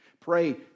Pray